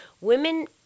women